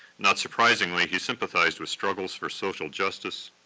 not surprisingly, he sympathized with struggles for social justice,